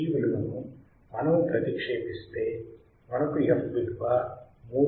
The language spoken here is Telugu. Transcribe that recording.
ఈ విలువని మనము ప్రతేక్షేపిస్తే మనకు f విలువ 318